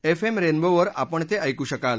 F M रेनबोवर आपण ते ऐकू शकाल